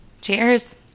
Cheers